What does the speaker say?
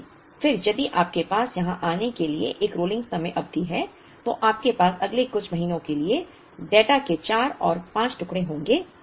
लेकिन फिर यदि आपके पास यहां आने के लिए एक रोलिंग समय अवधि है तो आपके पास अगले कुछ महीनों के लिए डेटा के चार और 5 टुकड़े होंगे